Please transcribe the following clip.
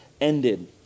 ended